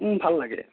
ভাল লাগে